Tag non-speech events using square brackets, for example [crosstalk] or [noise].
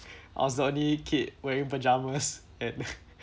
I was the only kid wearing pyjamas and [laughs]